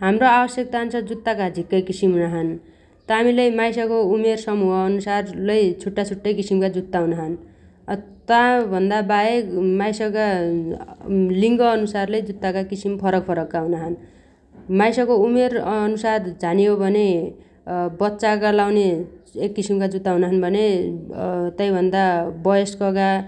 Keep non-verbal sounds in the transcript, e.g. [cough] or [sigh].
हमरो आवश्यकताअन्सार जुत्तागा लै झिक्कै किसिम हुनाछन् । तामी लै माइसगो उमेर समुह अन्सार लै छुट्टाछुट्टै किसिमगा जुत्ता हुनाछन् । ताभन्नाबाहेक माइसगा [hesitation] लिंगअन्सार लै जुत्तागा किसिम फरकफरकका हुनाछन् । माइसगो उमेरअन्सार झाने हो भने [hesitation] बच्चागा लाउन्या एक किसिमगा जुत्ता हुनाछन् भने तैभन्ना वयस्कगा [hesitation]